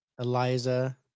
Eliza